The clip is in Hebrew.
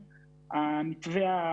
הסיטואציה הזאת היא רק בעצם משהו שהוא מתמשך.